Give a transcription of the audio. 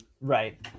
Right